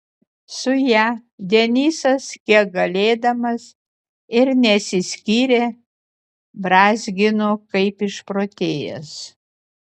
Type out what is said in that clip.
su ja denisas kiek galėdamas ir nesiskyrė brązgino kaip išprotėjęs